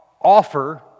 offer